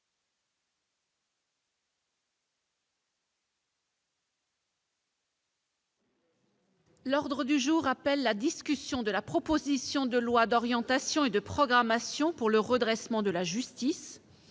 L'ordre du jour appelle la discussion de la proposition de loi d'orientation et de programmation pour le redressement de la justice